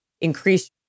increase